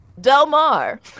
Delmar